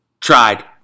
Tried